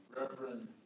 Reverend